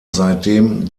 seitdem